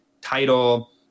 title